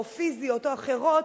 פיזיות אחרות,